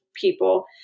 people